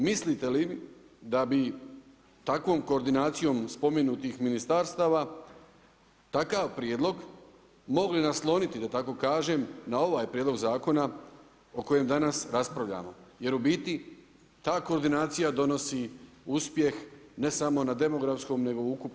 Mislite li da bi takvom koordinacijom spomenutih ministarstava takav prijedlog mogli nasloniti da tako kažem na ovaj prijedlog zakona o kojem danas raspravljamo jer u biti ta koordinacija donosi uspjeh ne samo na demografskom nego ukupnom razvoju RH.